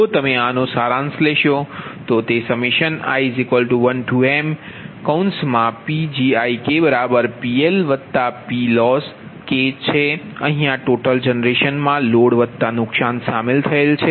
જો તમે આનો સારાંશ લેશો તો તે i1mPgiPLPLossછે અહીયા ટોટલ જનરેશનમા લોડ વત્તા નુકસાન શામેલ છે